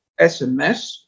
SMS